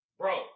bro